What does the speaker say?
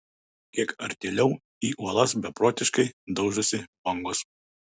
kiek artėliau į uolas beprotiškai daužosi bangos